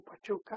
Pachuca